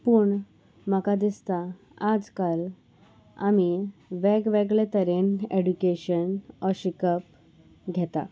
पूण म्हाका दिसता आज काल आमी वेगवेगळे तरेन एड्युकेशन ओ शिकप घेता